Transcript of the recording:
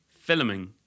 Filming